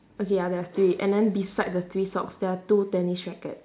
okay ya there are three and then beside the three socks there are two tennis racket